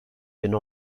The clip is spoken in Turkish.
bin